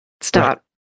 stop